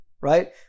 right